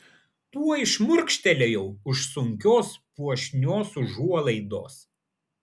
tuoj šmurkštelėjau už sunkios puošnios užuolaidos